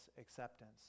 acceptance